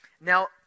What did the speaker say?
Now